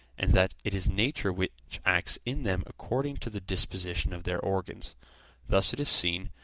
and that it is nature which acts in them according to the disposition of their organs thus it is seen,